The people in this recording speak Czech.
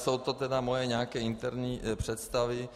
Jsou to tedy moje nějaké interní představy.